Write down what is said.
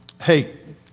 Hey